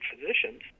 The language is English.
physicians